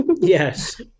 yes